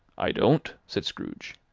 i don't, said scrooge.